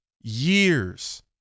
years